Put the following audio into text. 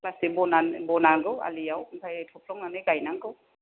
plastic बनांगौ आलिआव आमफ्राइ थुफ्लंनानै गायनांगौ